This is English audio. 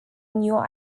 new